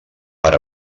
per